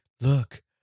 look